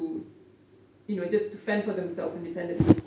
you know just to fend for themsleves independently